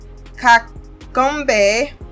Kakombe